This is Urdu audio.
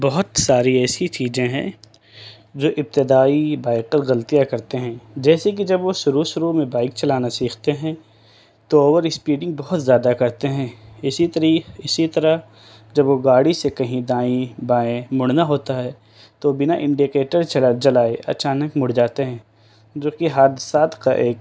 بہت ساری ایسی چیزیں ہیں جو ابتدائی بائکر غلطیاں کرتے ہیں جیسے کہ جب وہ شروع شروع میں بائک چلانا سیکھتے ہیں تو اوور اسپیڈنگ بہت زیادہ کرتے ہیں اسی اسی طرح جب وہ گاڑی سے کہیں دائیں بائیں مڑنا ہوتا ہے تو بنا انڈیکیٹر چلائے جلائے اچانک مڑ جاتے ہیں جو کہ حادثات کا ایک